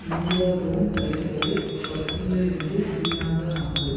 media room லைட்டுகளை பர்பிளில் இருந்து க்ரீனாக மாற்று